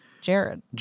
Jared